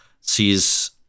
sees